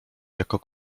jako